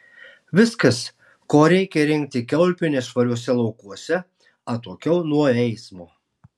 viskas ko reikia rinkti kiaulpienes švariuose laukuose atokiau nuo eismo